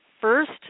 first